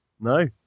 No